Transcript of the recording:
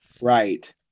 Right